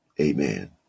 Amen